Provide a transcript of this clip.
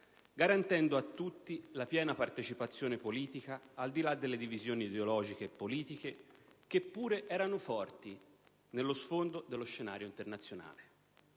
garantendo a tutti la piena partecipazione politica, al di là delle divisioni ideologiche e politiche che pure erano forti sullo sfondo dello scenario internazionale.